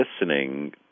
listening